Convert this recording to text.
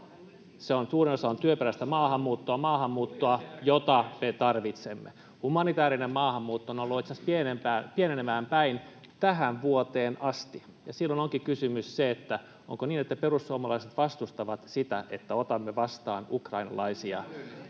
Suurin osa on työperäistä maahanmuuttoa, maahanmuuttoa, jota me tarvitsemme. Humanitäärinen maahanmuutto on ollut itse asiassa pienenemään päin tähän vuoteen asti, ja silloin onkin kysymys se, onko niin, että perussuomalaiset vastustavat sitä, että otamme vastaan ukrainalaisia